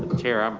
ah chair, um